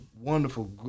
wonderful